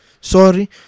sorry